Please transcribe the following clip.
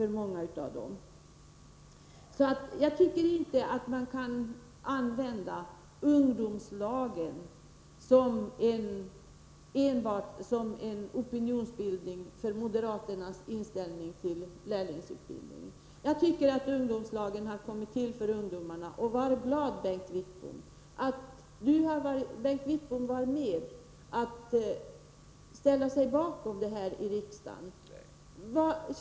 Jag tycker därför inte att moderaterna kan använda ungdomslagen som grund för att skapa opinion för sin inställning till lärlingsutbildningen. Ungdomslagen har kommit till för ungdomarnas skull, och jag tycker att Bengt Wittbom skall vara glad över att han har varit med om att ställa sig bakom den här i riksdagen.